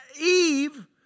Eve